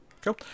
Cool